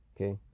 Okay